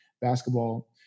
basketball